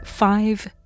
five